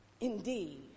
indeed